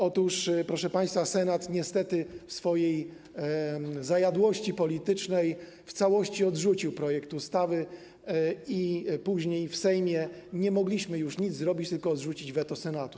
Otóż, proszę państwa, Senat niestety w swojej zajadłości politycznej w całości odrzucił projekt ustawy i później w Sejmie nie mogliśmy już nic zrobić, tylko odrzucić weto Senatu.